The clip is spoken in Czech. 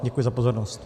Děkuji za pozornost.